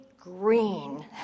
green